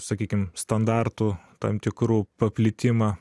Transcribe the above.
sakykim standartų tam tikrų paplitimą